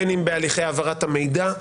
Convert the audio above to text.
בין אם בהליכי העברת המידע,